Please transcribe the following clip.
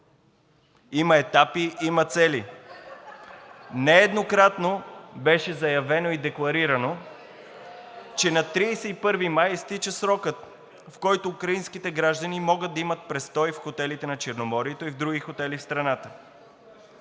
има етапи, има цели. Нееднократно беше заявено и декларирано, че на 31 март изтича срокът, в който украинските граждани могат да имат престой в хотелите на Черноморието и в други хотели в страната.